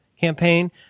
campaign